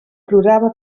plorava